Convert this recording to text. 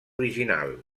original